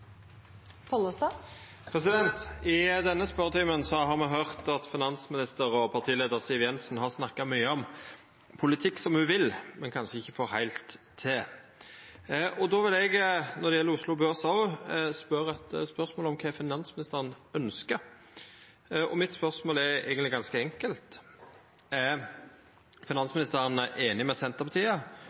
I denne spørjetimen har me høyrt at finansminister og partileiar Siv Jensen har snakka mykje om politikk som ho vil, men kanskje ikkje får heilt til. Då vil eg òg, når det gjeld Oslo Børs, stilla eit spørsmål om kva finansministeren ønskjer. Mitt spørsmål er eigentleg ganske enkelt: Er finansministeren einig med Senterpartiet